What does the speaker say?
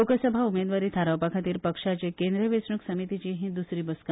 लोकसभा उमेदवारी थारावपाखातीर पक्षाचे केंद्रीय वेचणूक समितीची ही द्सरी बसका